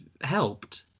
helped